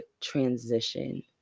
transition